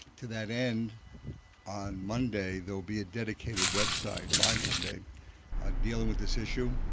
to that end on monday there will be a dedicated website by monday dealing with this issue,